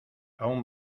aún